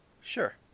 sure